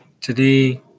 today